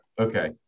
Okay